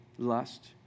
Lust